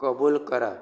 कबूल करा